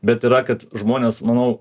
bet yra kad žmonės manau